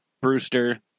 Brewster